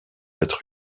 être